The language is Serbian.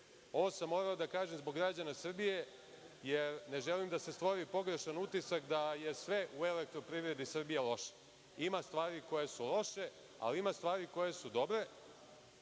sam morao da kažem zbog građana Srbije, jer ne želim da se stvori pogrešan utisak da je sve u Elektroprivredi Srbije loše. Ima stvari koje su loše, ali ima i stvari koje su dobre,